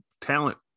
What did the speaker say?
talent